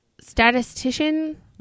statistician